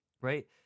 Right